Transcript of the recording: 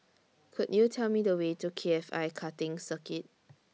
Could YOU Tell Me The Way to K F I Karting Circuit